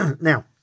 Now